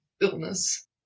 illness